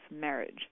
marriage